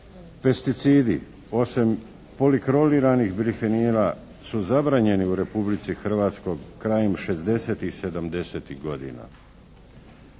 Pesticidi osim polikloriranih bifenila su zabranjeni u Republici Hrvatskoj krajem 60-tih i 70-tih godina.